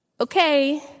okay